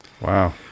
Wow